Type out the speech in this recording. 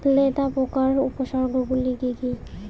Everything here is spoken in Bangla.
লেদা পোকার উপসর্গগুলি কি কি?